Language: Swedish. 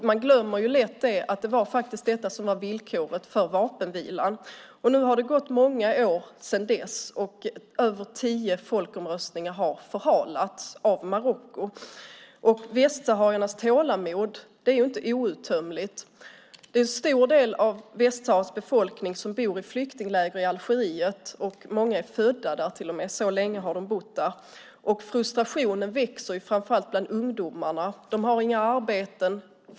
Man glömmer lätt att det var villkoret för vapenvilan. Nu har det gått många år sedan dess. Över tio folkomröstningar har förhalats av Marocko. Västsahariernas tålamod är inte outtömligt. En stor del av Västsaharas befolkning bor i flyktingläger i Algeriet, och många är födda där. Så länge har de bott där. Frustrationen växer framför allt bland ungdomarna. De har inga arbeten.